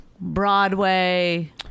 Broadway